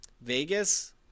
Vegas